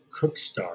Cookstar